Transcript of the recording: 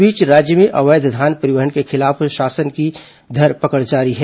इस बीच राज्य में अवैध धान परिवहन के खिलाफ प्रशासन की धर पकड़ जारी है